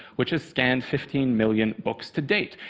which has scanned fifteen million books to date.